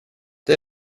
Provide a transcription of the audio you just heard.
det